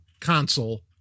console